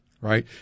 Right